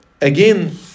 again